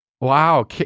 wow